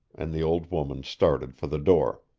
and the old woman started for the door.